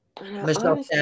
Michelle